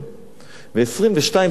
ו-22 שנים אחרי,